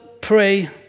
pray